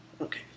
Okay